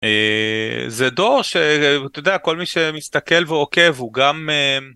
זה דור שאתה יודע כל מי שמסתכל ועוקב הוא גם